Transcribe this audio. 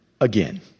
again